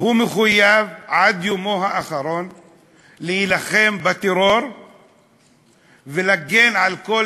עד יומו האחרון להילחם בטרור ולהגן על כל